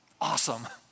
Awesome